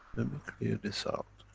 clear this out.